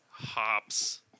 hops